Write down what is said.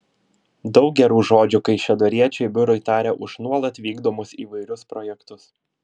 daug gerų žodžių kaišiadoriečiai biurui taria už nuolat vykdomus įvairius projektus